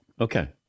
Okay